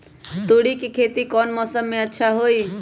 तोड़ी के खेती कौन मौसम में अच्छा होई?